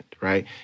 right